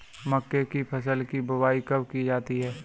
मक्के की फसल की बुआई कब की जाती है?